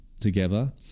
together